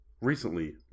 recently